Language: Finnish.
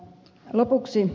lopuksi